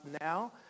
now